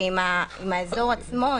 עם האזור עצמו.